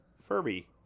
Furby